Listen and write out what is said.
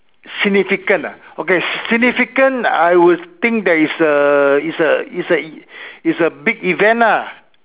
significant ah then I will think there is a is a is a is a big event lah